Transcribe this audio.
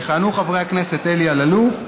חבר הכנסת אלי אלאלוף,